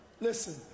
Listen